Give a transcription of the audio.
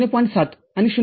७आणि ०